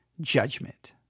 judgment